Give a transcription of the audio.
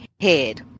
head